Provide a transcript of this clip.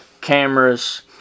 cameras